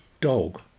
dog